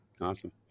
Awesome